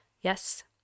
Yes